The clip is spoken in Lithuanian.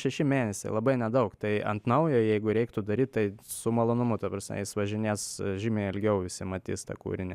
šeši mėnesiai labai nedaug tai ant naujo jeigu reiktų daryt tai su malonumu ta prasme jis važinės žymiai ilgiau visi matys tą kūrinį